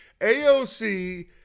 AOC